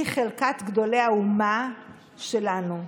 היא חלקת גדולי האומה שלנו.